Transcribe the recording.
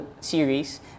series